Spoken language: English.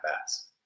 bats